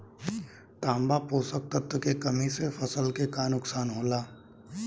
तांबा पोषक तत्व के कमी से फसल के का नुकसान होला?